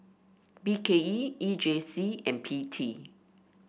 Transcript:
B K E E J C and P T